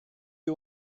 you